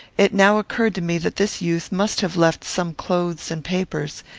it now occurred to me that this youth must have left some clothes and papers,